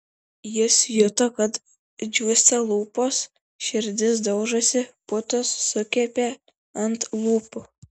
jis juto kad džiūsta lūpos širdis daužosi putos sukepė ant lūpų